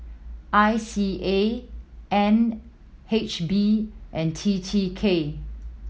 I C A N H B and T T K